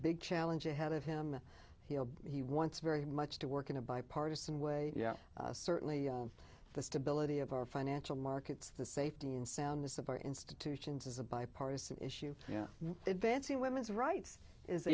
big challenge ahead of him he wants very much to work in a bipartisan way yeah certainly the stability of our financial markets the safety and soundness of our institutions is a bipartisan issue yeah advancing women's rights is